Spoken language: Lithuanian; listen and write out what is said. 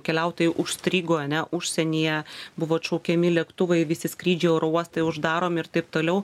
keliautojai užstrigo ane užsienyje buvo atšaukiami lėktuvai visi skrydžiai oro uostai uždaromi ir taip toliau